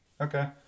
Okay